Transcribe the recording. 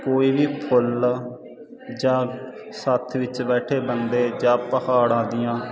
ਕੋਈ ਵੀ ਫੁੱਲ ਜਾਂ ਸੱਥ ਵਿੱਚ ਬੈਠੇ ਬੰਦੇ ਜਾਂ ਪਹਾੜਾਂ ਦੀਆਂ